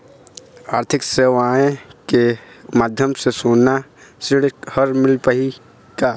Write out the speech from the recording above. आरथिक सेवाएँ के माध्यम से सोना ऋण हर मिलही का?